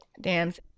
dams